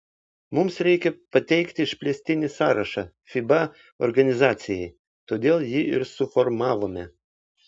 mums reikia pateikti išplėstinį sąrašą fiba organizacijai todėl jį ir suformavome